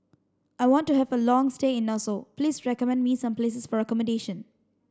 I want to have a long stay in Nassau please recommend me some places for accommodation